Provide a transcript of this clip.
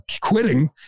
quitting